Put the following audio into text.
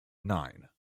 nine